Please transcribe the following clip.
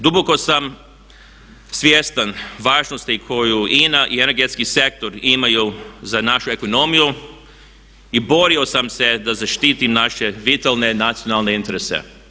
Duboko sam svjestan važnosti koju INA i energetski sektor imaju za našu ekonomiju i borio sam se da zaštitim naše vitalne nacionalne interese.